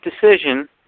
decision